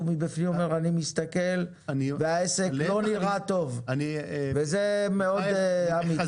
מבפנים אני אומר אני מסתכל והעסק לא נראה טוב וזה מאוד אמיתי.